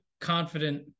confident